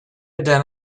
done